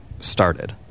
started